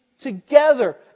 together